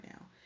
now